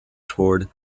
toward